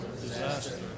disaster